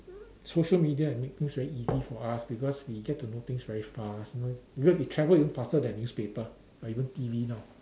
social media make things very easy for us because we get to know things very fast you know because it travel even faster than newspaper or even T_V now